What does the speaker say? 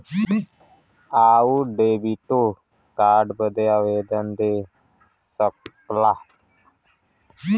आउर डेबिटो कार्ड बदे आवेदन दे सकला